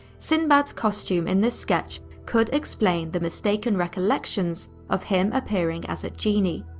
sinbad's costume in this sketch could explain the mistaken recollections of him appearing as a genie.